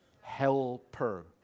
Helper